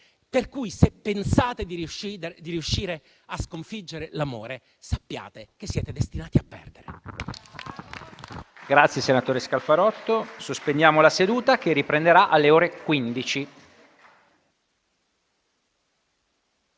Per cui, se pensate di riuscire a sconfiggere l'amore, sappiate che siete destinati a perdere.